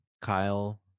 Kyle